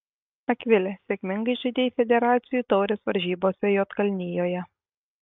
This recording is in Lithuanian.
akvile sėkmingai žaidei federacijų taurės varžybose juodkalnijoje